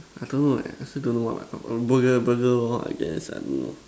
I don't know eh I also don't know what Burger burger lor I guess I don't know